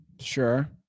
Sure